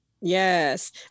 Yes